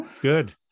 Good